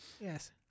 Yes